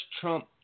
Trump